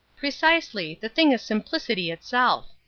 precisely the thing is simplicity itself.